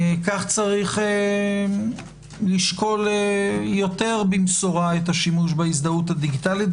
כך צריך לשקול יותר במסורה את השימוש בהזדהות הדיגיטלית.